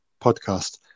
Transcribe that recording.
podcast